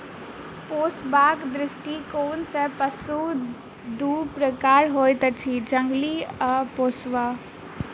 पोसबाक दृष्टिकोण सॅ पशु दू प्रकारक होइत अछि, जंगली आ पोसुआ